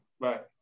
right